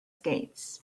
skates